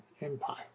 Empire